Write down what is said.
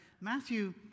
Matthew